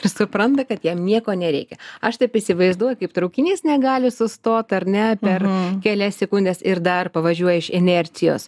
ir supranta kad jam nieko nereikia aš taip įsivaizduoju kaip traukinys negali sustot ar ne per kelias sekundes ir dar pavažiuoja iš inercijos